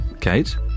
Kate